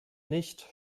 nicht